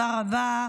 תודה רבה.